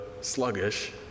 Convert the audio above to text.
sluggish